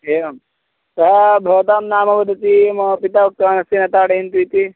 एवं सः भवतां नाम वदति मम पिता उक्तवान् अस्ति न ताडयन्तु इति